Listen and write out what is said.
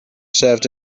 served